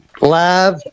live